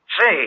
Say